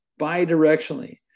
bidirectionally